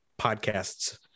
podcasts